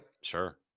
Sure